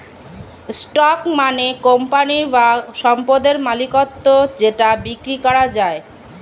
stock মানে company বা সম্পদের মালিকত্ব যেটা বিক্রি করা যায়